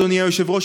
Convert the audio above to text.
אדוני היושב-ראש,